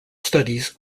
studies